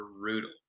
brutal